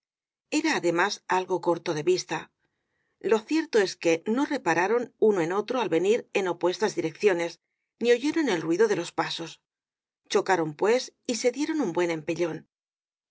era además algo corto de vista lo cierto es que no repararon uno en otro al venir en opuestas direcciones ni oyeron el ruido de los pasos chocaron pues y se dieron un buen